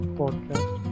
podcast